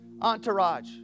entourage